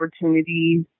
opportunities